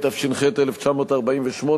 התש"ח 1948,